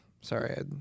Sorry